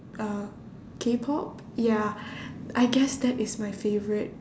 uh Kpop ya I guess that is my favourite